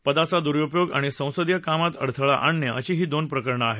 पदाचा दुरुपयोग आणि संसदीय कामात अडथळा आणणेअशी ही दोन प्रकरणं आहेत